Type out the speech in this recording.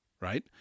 right